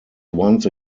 once